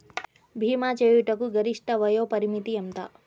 భీమా చేయుటకు గరిష్ట వయోపరిమితి ఎంత?